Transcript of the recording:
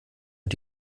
und